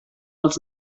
els